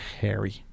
Harry